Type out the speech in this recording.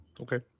Okay